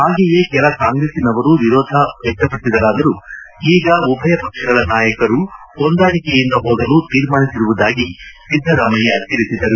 ಹಾಗೆಯೇ ಕೆಲ ಕಾಂಗ್ರೆಸ್ತಿನವರು ವಿರೋಧ ವ್ಯಕ್ತಪಡಿಸಿದರಾದರೂ ಆದರೆ ಈಗ ಉಭಯ ಪಕ್ಷಗಳ ನಾಯಕರು ಹೊಂದಾಣಿಕೆಯಿಂದ ಹೋಗಲು ತೀರ್ಮಾನಿಸಿರುವುದಾಗಿ ಸಿದ್ದರಾಮಯ್ಯ ತಿಳಿಸಿದರು